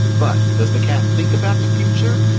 but does the cat think about the future?